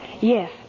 Yes